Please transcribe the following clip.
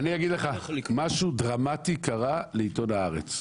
אני אגיד לך, משהו דרמטי קרה בעיתון "הארץ",